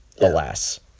alas